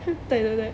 对对对